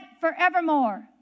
forevermore